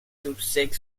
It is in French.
obsèques